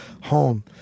home